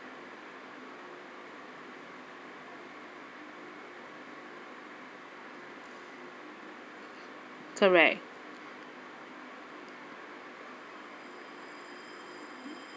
correct